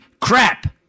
crap